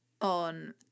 on